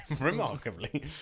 remarkably